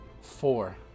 four